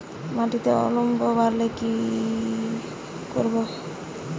মাটিতে অম্লত্ব বাড়লে কি করব?